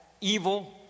evil